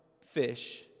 fish